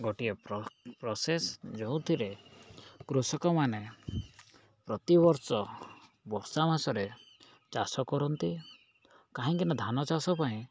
ଗୋଟିଏ ପ୍ରସେସ୍ ଯେଉଁଥିରେ କୃଷକମାନେ ପ୍ରତିବର୍ଷ ବର୍ଷା ମାସରେ ଚାଷ କରନ୍ତି କାହିଁକିନା ଧାନ ଚାଷ ପାଇଁ